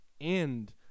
end